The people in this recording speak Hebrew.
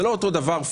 זה לא אותו דבר.